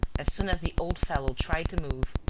as soon as the old fellow tried to move,